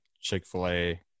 Chick-fil-A